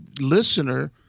listener